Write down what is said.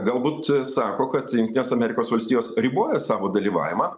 galbūt sako kad jungtinės amerikos valstijos riboja savo dalyvavimą